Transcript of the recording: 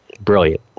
Brilliant